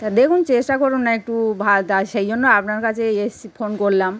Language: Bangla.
দেখুন চেষ্টা করুন না একটু ভা দা সেই জন্য আপনার কাছেই এসেছি ফোন করলাম